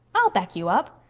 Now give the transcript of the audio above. i'll back you up.